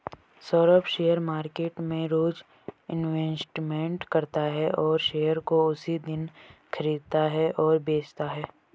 Saurabh share market में रोज investment करता है और शेयर को उसी दिन खरीदता और बेचता है